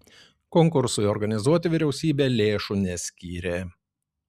konkursui organizuoti vyriausybė lėšų neskyrė